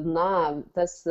na tas